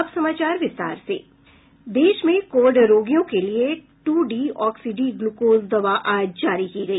अब समाचार विस्तार से देश में कोविड रोगियों के लिए टू डीऑक्सी डी ग्लूकोस दवा आज जारी की गई